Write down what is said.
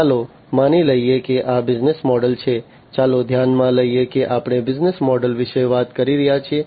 ચાલો માની લઈએ કે આ બિઝનેસ મોડલ છે ચાલો ધ્યાનમાં લઈએ કે આપણે બિઝનેસ મોડલ વિશે વાત કરી રહ્યા છીએ